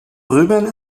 ruben